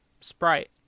Sprite